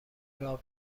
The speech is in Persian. راه